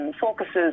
focuses